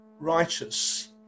righteous